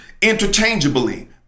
interchangeably